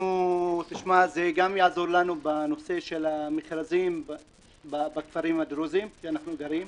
זה גם יעזור לנו במכרזים בכפרים הדרוזיים שבהם אנחנו גרים.